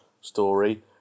story